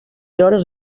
hores